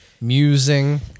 musing